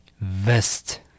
vest